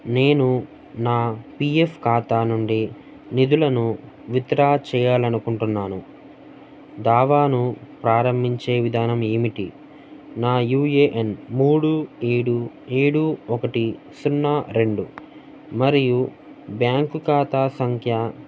నేను నా P F ఖాతా నుండి నిధులను విత్డ్రా చేయాలి అనుకుంటున్నాను దావాను ప్రారంభించే విధానం ఏమిటి నా యూ ఏ ఎన్ మూడు ఏడు ఏడు ఒకటి సున్నా రెండు మరియు బ్యాంకు ఖాతా సంఖ్య